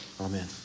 Amen